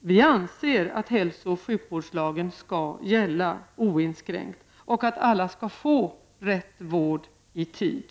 Vi anser att hälso och sjukvårdslagen skall gälla oinskränkt och att alla skall få rätt vård i tid.